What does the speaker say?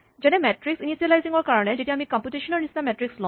যেনে matrix initializing ৰ কাৰণে যেতিয়া আমি কম্পুটেচন ৰ নিচিনা মেট্ৰিক্স লওঁ